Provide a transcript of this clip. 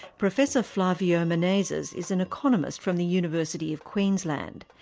professor flavio menezes, is an economist from the university of queensland.